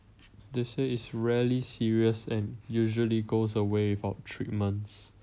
they say it's rarely serious and usually goes away about three months